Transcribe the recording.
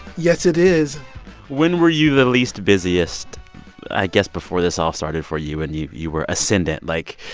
yes, it is when were you the least busiest i guess before this all started for you and you you were ascendant? like,